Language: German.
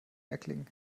erklingen